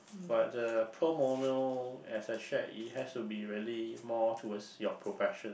but uh pro bono as I shared it has to be really more towards your profession